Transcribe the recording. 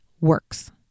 works